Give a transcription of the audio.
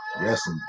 Yes